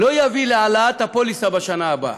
לא יביא להעלאת הפוליסה בשנה הבאה.